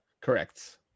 Correct